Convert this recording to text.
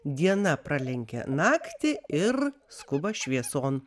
diena pralenkia naktį ir skuba švieson